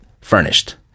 furnished